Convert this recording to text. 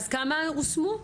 כמה הושמו?